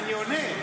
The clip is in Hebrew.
אני עונה.